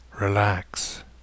relax